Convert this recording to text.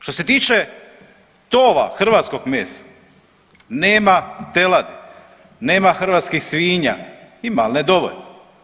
Što se tiče tova hrvatskog mesa nema teladi, nema hrvatskih svinja, ima ali ne dovoljno.